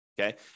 Okay